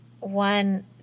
one